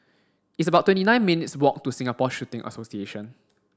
it's about twenty nine minutes' walk to Singapore Shooting Association